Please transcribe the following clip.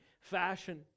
fashion